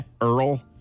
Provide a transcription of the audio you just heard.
Earl